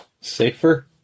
safer